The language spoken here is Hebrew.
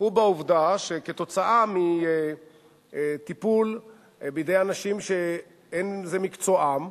היא העובדה שכתוצאה מטיפול בידי אנשים שאין זה מקצועם,